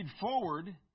forward